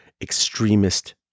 extremist